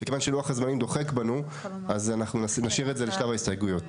וכיוון שלוח הזמנים דוחק בנו אז אנחנו נשאיר את זה לשלב ההסתייגויות.